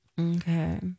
Okay